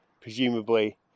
presumably